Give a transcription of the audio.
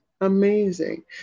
Amazing